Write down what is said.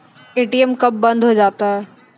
ATM कब बंद हो जाता हैं?